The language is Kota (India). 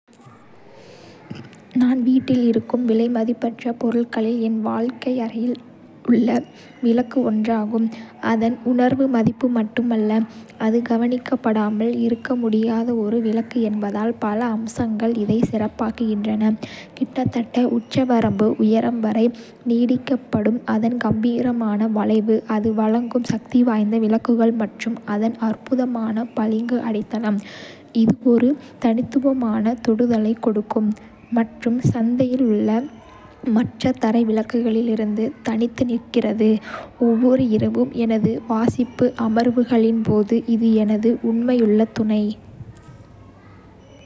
நான் வீட்டில் இருக்கும் விலைமதிப்பற்ற பொருட்களில் என் வாழ்க்கை அறையில் உள்ள விளக்கு ஒன்றாகும், அதன் உணர்வு மதிப்பு மட்டுமல்ல, அது கவனிக்கப்படாமல் இருக்க முடியாத ஒரு விளக்கு என்பதால். பல அம்சங்கள் இதை சிறப்பாக்குகின்றன: கிட்டத்தட்ட உச்சவரம்பு உயரம் வரை நீட்டிக்கப்படும் அதன் கம்பீரமான வளைவு, அது வழங்கும் சக்திவாய்ந்த விளக்குகள் மற்றும் அதன் அற்புதமான பளிங்கு அடித்தளம், இது ஒரு தனித்துவமான தொடுதலைக் கொடுக்கும் மற்றும் சந்தையில் உள்ள மற்ற தரை விளக்குகளிலிருந்து தனித்து நிற்கிறது. ஒவ்வொரு இரவும் எனது வாசிப்பு அமர்வுகளின் போது இது எனது உண்மையுள்ள துணை.